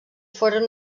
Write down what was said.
foren